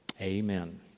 amen